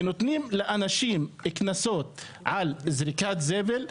ונותנים לאנשים קנסות על זריקת זבל,